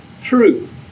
truth